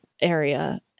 area